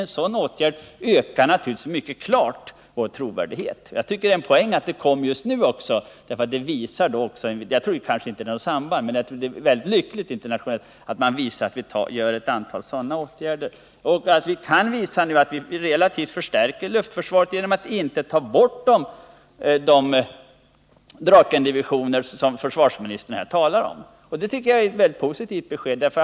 En sådan åtgärd ökar naturligtvis mycket klart vår trovärdighet. Jag tycker att det är en poäng också att beslutet om Hercules kom just nu. Jag tror inte att det finns något samband, men jag tycker att det är lyckligt att man visar att vi vidtar ett antal olika åtgärder. Försvarsministern sade också att vi relativt sett förstärker luftförsvaret genom att längre än tidigare avsetts behålla Drakendivisioner.